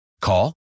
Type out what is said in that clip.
Call